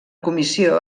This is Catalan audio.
comissió